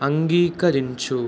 అంగీకరించు